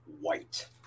White